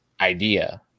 idea